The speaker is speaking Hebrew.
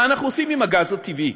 מה אנחנו עושים עם הגז הטבעי,